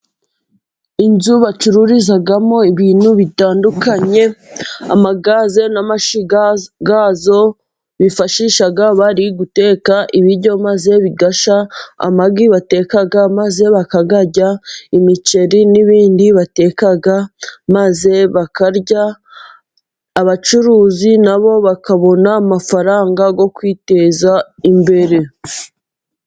Inzu bacururizamo ibintu bitandukanye, amagaze n'amashyiga ya yo bifashisha bari guteka ibiryo maze bigashya, amagi bateka maze bakayarya, imiceri n'ibindi batekaga maze bakarya, abacuruzi na bo bakabona amafaranga yo kwiteza imbere.